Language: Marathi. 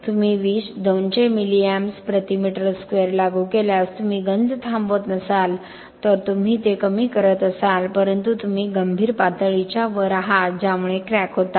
तुम्ही 200 मिली एम्पस प्रति मीटर स्क्वेअर लागू केल्यास तुम्ही गंज थांबवत नसाल तर तुम्ही ते कमी करत असाल परंतु तुम्ही गंभीर पातळीच्या वर आहात ज्यामुळे क्रॅक होतात